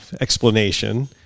explanation